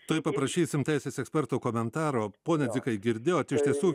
tuoj paprašysim teisės eksperto komentaro pone dzikai girdėjot iš tiesų